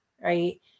right